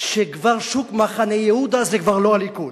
ששוק מחנה-יהודה זה כבר לא הליכוד.